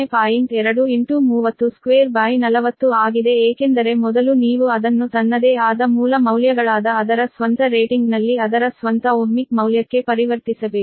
2 240 ಆಗಿದೆ ಏಕೆಂದರೆ ಮೊದಲು ನೀವು ಅದನ್ನು ತನ್ನದೇ ಆದ ಮೂಲ ಮೌಲ್ಯಗಳಾದ ಅದರ ಸ್ವಂತ ರೇಟಿಂಗ್ನಲ್ಲಿ ಅದರ ಸ್ವಂತ ಓಹ್ಮಿಕ್ ಮೌಲ್ಯಕ್ಕೆ ಪರಿವರ್ತಿಸಬೇಕು